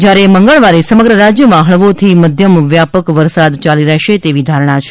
જયારે મંગળવારે સમગ્ર રાજ્યમાં હળવાથી મધ્યમ વ્યાપક વરસાદ ચાલિ રહેશે તેવી ધારણા છે